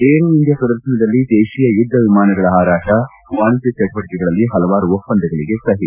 aero India ಪ್ರದರ್ಶನದಲ್ಲಿ ದೇಶೀಯ ಯುದ್ದ ವಿಮಾನಗಳ ಹಾರಾಟ ವಾಣಿಜ್ಯ ಚಟುವಟಿಕೆಗಳಲ್ಲಿ ಹಲವಾರು ಒಪ್ಪಂದಗಳಿಗೆ ಸಹಿ